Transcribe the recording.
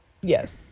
Yes